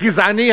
הגזעני,